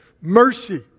mercy